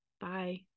bye